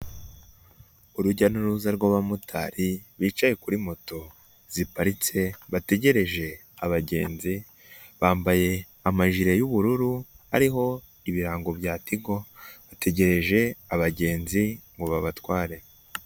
Urujya n'uruza rw'abamotari bicaye kuri moto ziparitse bategereje abagenzi, bambaye amajire y'ubururu ariho ibirango bya Tigo, bategereje abagenzi ngo babatware.